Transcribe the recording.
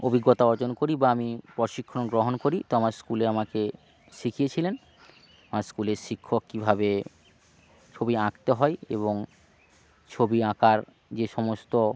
অভিজ্ঞতা অর্জন করি বা আমি প্রশিক্ষণ গ্রহণ করি তো আমার স্কুলে আমাকে শিখিয়ে ছিলেন আমার স্কুলের শিক্ষক কীভাবে ছবি আঁকতে হয় এবং ছবি আঁকার যে সমস্ত